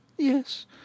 yes